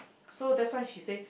so that's why she say